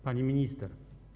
Pani Minister!